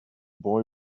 boy